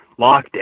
lockdown